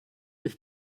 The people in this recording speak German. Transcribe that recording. ich